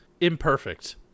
imperfect